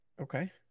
Okay